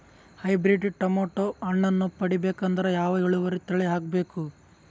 Hybrid tomato ಹಣ್ಣನ್ನ ಪಡಿಬೇಕಂದರ ಯಾವ ಇಳುವರಿ ತಳಿ ಹಾಕಬೇಕು?